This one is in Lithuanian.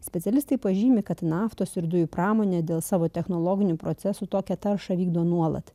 specialistai pažymi kad naftos ir dujų pramonė dėl savo technologinių procesų tokią taršą vykdo nuolat